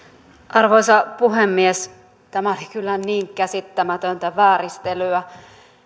arvoisa puhemies tämä on kyllä niin käsittämätöntä vääristelyä